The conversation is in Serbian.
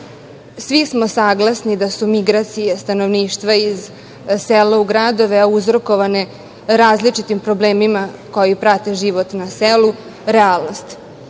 smo saglasni da su migracije stanovništva iz sela u gradove uzrokovane različitim problemima koji prate život na selu realnost.